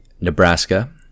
Nebraska